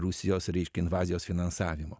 rusijos reiškia invazijos finansavimo